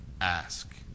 ask